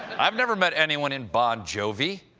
i've never met anyone in bon jovi.